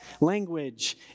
language